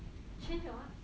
change our what